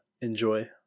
enjoy